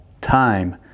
time